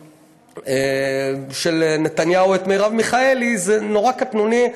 של נתניהו את מרב מיכאלי, זה נורא קטנוני.